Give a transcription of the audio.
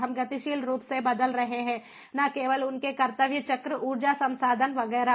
हम गतिशील रूप से बदल रहे हैं न केवल उनके कर्तव्य चक्र ऊर्जा संसाधन वगैरह